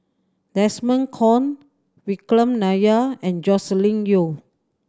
Desmond Kon Vikram Nair and Joscelin Yeo